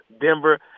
Denver